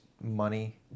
money